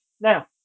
Now